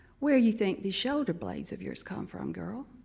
where you think these shoulder blades of yours come from, girl